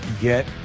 get